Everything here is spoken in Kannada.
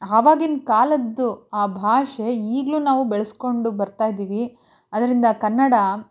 ಆವಾಗಿನ ಕಾಲದ್ದು ಆ ಭಾಷೆ ಈಗ್ಲೂ ನಾವು ಬೆಳೆಸ್ಕೊಂಡು ಬರ್ತಾಯಿದ್ದೀವಿ ಅದರಿಂದ ಕನ್ನಡ